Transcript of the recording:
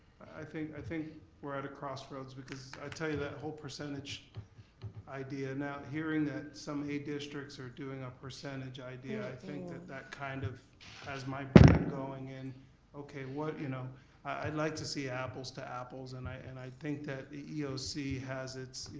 i think i think we're at a crossroads, because i'd tell you that whole percentage idea, now hearing that some a districts are doing a percentage idea, i think that that kind of has my brain going, and okay, what. you know i'd like to see apples to apples, and i and i think that the eoc has it's